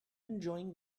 enjoying